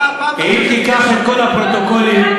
אם תיקח את הפרוטוקולים,